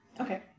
Okay